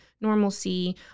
normalcy